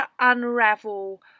unravel